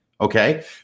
Okay